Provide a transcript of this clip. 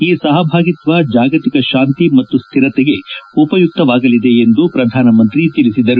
ಈ ಸಹಭಾಗಿತ್ವ ಜಾಗತಿಕ ಶಾಂತಿ ಮತ್ತು ಸ್ವಿರತೆಗೆ ಉಪಯುಕ್ತವಾಗಲಿದೆ ಎಂದು ಪ್ರಧಾನಿ ತಿಳಿಸಿದರು